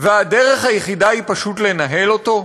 ושהדרך היחידה היא פשוט לנהל אותו?